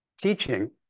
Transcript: teaching